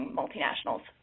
multinationals